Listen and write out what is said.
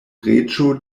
reĝo